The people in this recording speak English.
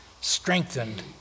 strengthened